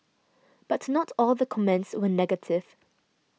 but not all the comments were negative